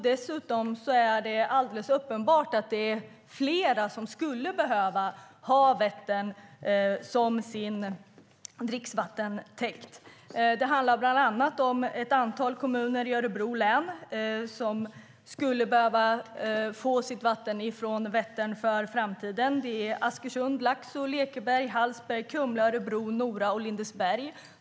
Dessutom är det alldeles uppenbart att det är fler som skulle behöva ha Vättern som sin dricksvattentäkt. Det handlar bland annat om ett antal kommuner i Örebro län som skulle behöva få sitt vatten från Vättern i framtiden: Askersund, Laxå, Lekeberg, Hallsberg, Kumla, Örebro, Nora och Lindesberg.